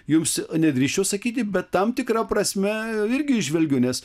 jums nedrįsčiau sakyti bet tam tikra prasme irgi įžvelgiu nes